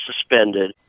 suspended